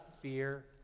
fear